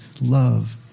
love